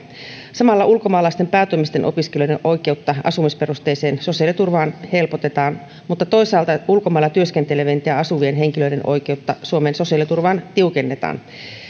samalla ulkomaalaisten päätoimisten opiskelijoiden oikeutta asumisperusteiseen sosiaaliturvaan helpotetaan mutta toisaalta ulkomailla työskentelevien ja ja asuvien henkilöiden oikeutta suomen sosiaaliturvaan tiukennetaan